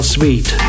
Sweet